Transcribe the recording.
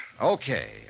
Okay